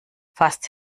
fast